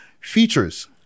Features